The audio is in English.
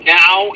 now